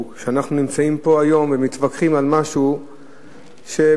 שאנחנו נמצאים פה היום ומתווכחים על משהו שבהחלט